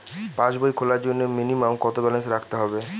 পাসবই খোলার জন্য মিনিমাম কত ব্যালেন্স রাখতে হবে?